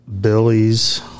Billy's